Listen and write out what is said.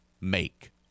make